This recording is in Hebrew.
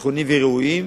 נכונים וראויים